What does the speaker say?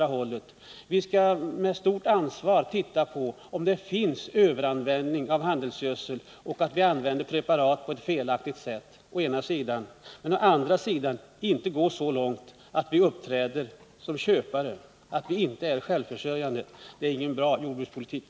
Vi skall å ena sidan med stort ansvar undersöka om det finns någon överanvändning av handelsgödselmedel och om preparat används på ett felaktigt sätt men å andra sidan inte gå så långt att vi måste uppträda som köpare därför att vi inte är självförsörjande. Det vore inte någon bra jordbrukspolitik.